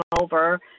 over